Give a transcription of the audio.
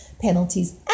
penalties